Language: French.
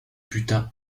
butin